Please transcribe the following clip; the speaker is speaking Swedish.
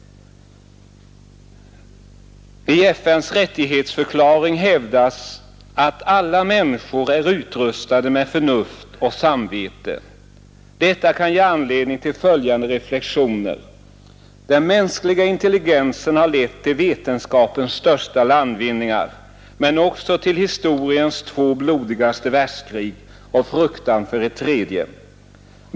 I FN:s rättighetsförklaring hävdas att alla människor är utrustade med förnuft och samvete. Detta kan ge anledning till följande reflexioner. Den mänskliga intelligensen har lett till vetenskapens största landvinningar men också till historiens två blodigaste världskrig och fruktan för ett tredje.